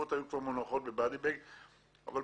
הגופות היו מונחות והיה